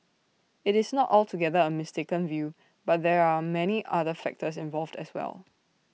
IT is not altogether A mistaken view but there are many other factors involved as well